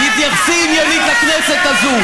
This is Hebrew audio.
תתייחסי עניינית לכנסת הזאת.